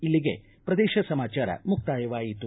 ಇಲ್ಲಿಗೆ ಪ್ರದೇಶ ಸಮಾಚಾರ ಮುಕ್ತಾಯವಾಯಿತು